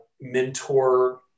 mentor